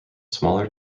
smaller